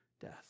death